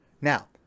Now